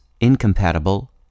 incompatible